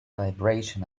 vibration